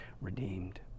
redeemed